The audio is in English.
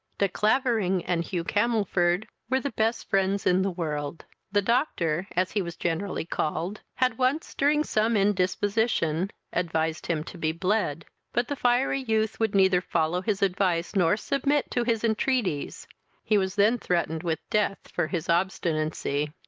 de clavering and hugh camelford were the best friends in the world. the doctor, as he was generally called, had once, during some indisposition, advised him to be bled but the fiery youth would neither follow his advice nor submit to his entreaties he was then threatened with death for his obstinacy.